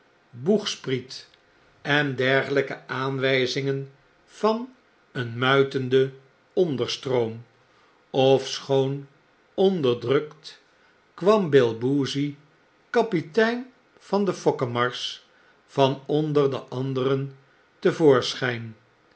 boegspriet en dergelyke aanwjjzingen van een muitenden onderstroom ofschood onderdrukt kwam bill boozey kapitein van de fokkemars van onder de anderen